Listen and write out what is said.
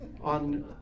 on